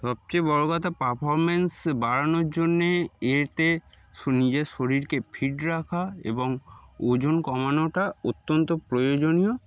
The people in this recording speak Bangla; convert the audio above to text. সবচেয়ে বড়ো কথা পারফরমেন্স বাড়ানোর জন্যে এতে নিজের শরীরকে ফিট রাখা এবং ওজন কমানোটা অত্যন্ত প্রয়োজনীয়